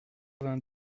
vingt